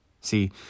See